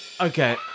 Okay